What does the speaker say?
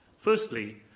firstly,